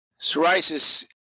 Psoriasis